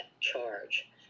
charge